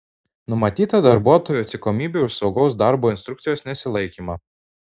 numatyta darbuotojų atsakomybė už saugaus darbo instrukcijos nesilaikymą